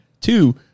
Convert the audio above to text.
Two